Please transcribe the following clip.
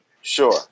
Sure